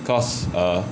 cause err